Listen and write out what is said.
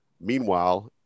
Meanwhile